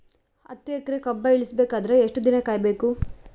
ಹತ್ತು ಎಕರೆ ಕಬ್ಬ ಇಳಿಸ ಬೇಕಾದರ ಎಷ್ಟು ದಿನ ಕಾಯಿ ಬೇಕು?